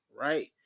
right